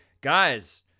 Guys